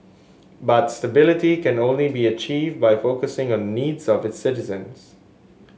but stability could only be achieved by focusing on the needs of its citizens